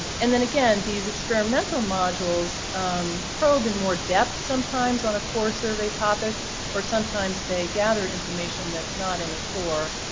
and then again these experimental modules probe in more depth sometimes on a core survey topic or sometimes they gather information that's not in the core.